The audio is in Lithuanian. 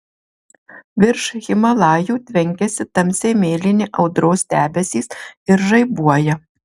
virš himalajų tvenkiasi tamsiai mėlyni audros debesys ir žaibuoja